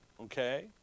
Okay